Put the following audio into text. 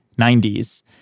90s